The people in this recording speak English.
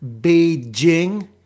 Beijing